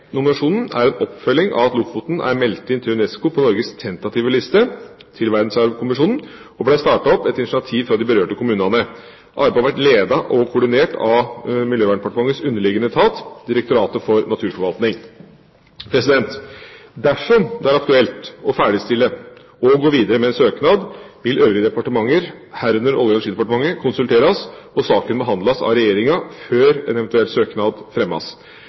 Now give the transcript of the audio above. nominasjonen er en oppfølging av at Lofoten er meldt inn til UNESCO på Norges tentative liste til Verdensarvkonvensjonen, og ble startet opp etter initiativ fra de berørte kommunene. Arbeidet har vært ledet og koordinert av Miljøverndepartementets underliggende etat Direktoratet for naturforvaltning. Dersom det er aktuelt å ferdigstille og å gå videre med en søknad, vil øvrige departementer, herunder Olje- og energidepartementet, konsulteres og saken behandles av Regjeringa før en eventuell søknad fremmes.